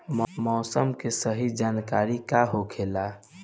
मौसम के सही जानकारी का होखेला?